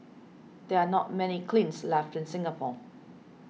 there are not many kilns left in Singapore